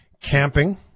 camping